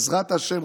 בעזרת השם,